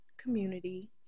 community